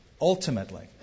Ultimately